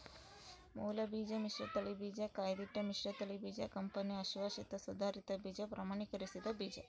ಮೂಲಬೀಜ ಮಿಶ್ರತಳಿ ಬೀಜ ಕಾಯ್ದಿಟ್ಟ ಮಿಶ್ರತಳಿ ಬೀಜ ಕಂಪನಿ ಅಶ್ವಾಸಿತ ಸುಧಾರಿತ ಬೀಜ ಪ್ರಮಾಣೀಕರಿಸಿದ ಬೀಜ